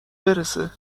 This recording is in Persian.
برسه